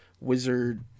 wizard